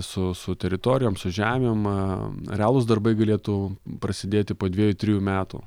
su su teritorijom su žemėm realūs darbai galėtų prasidėti po dviejų trijų metų